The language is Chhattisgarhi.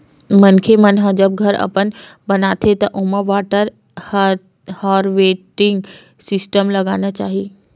मनखे मन ह जब घर अपन बनाथे त ओमा वाटर हारवेस्टिंग सिस्टम लगाना चाही